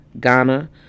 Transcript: Ghana